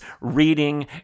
reading